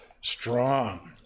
strong